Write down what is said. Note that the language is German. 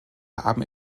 haben